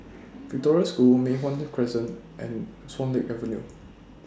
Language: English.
Victoria School Mei Hwan Crescent and Swan Lake Avenue